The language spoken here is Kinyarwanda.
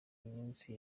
iminsi